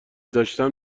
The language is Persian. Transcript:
داشتن